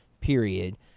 period